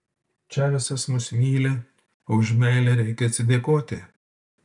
čavesas mus myli o už meilę reikia atsidėkoti